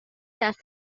دست